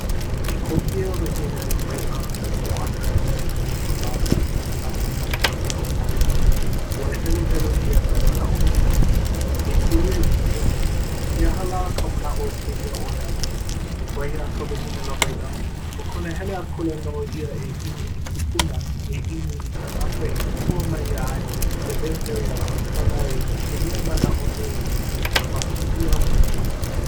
i kō kēia wahine lawaiʻa hemo ʻana i ia palapala manaʻo mai kēia ʻōmole nei ua heluhelu ʻia ka manaʻo penei: "e kūlia i ka nuʻu". "he aha lā ka manaʻo o kēia ʻōlelo?" wahi a ka wahine lawaiʻa. ʻo kona hele akula nō ia e ʻimi i kūpuna e ʻimi i kanaka e kōkua mai iā ia e wehewehe a kālai i kēia manaʻo nui mai ma kēia palapala